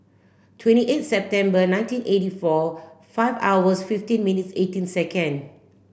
twenty eight September nineteen eighty four five hours fifteen minutes eighteen second